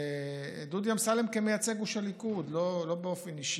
לדודי אמסלם כמייצג גוש הליכוד, לא באופן אישי,